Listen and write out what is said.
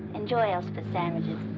enjoy elspeth's sandwiches.